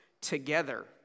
together